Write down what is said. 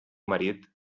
marit